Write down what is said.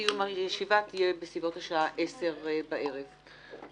סיום הישיבה תהיה בסביבות השעה 22:00 בערב.